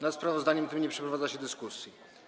Nad sprawozdaniem tym nie przeprowadza się dyskusji.